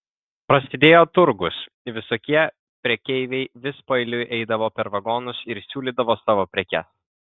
prasidėjo turgus visokie prekeiviai vis paeiliui eidavo per vagonus ir siūlydavo savo prekes